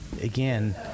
again